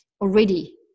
already